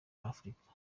africa